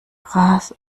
gras